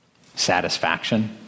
satisfaction